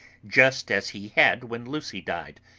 just as he had when lucy died,